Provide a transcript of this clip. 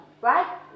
right